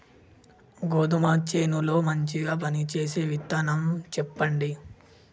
గోధుమ చేను లో మంచిగా పనిచేసే విత్తనం చెప్పండి?